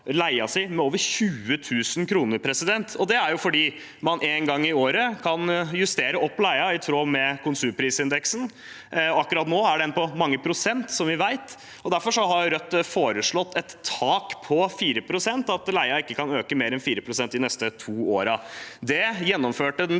et annet med over 20 000 kr. Det er fordi man en gang i året kan justere opp leia i tråd med konsumprisindeksen. Akkurat nå er den på mange prosent, som vi vet. Derfor har Rødt foreslått et tak på 4 pst., at leien ikke kan øke mer enn 4 pst. de neste to årene. Det gjennomførte den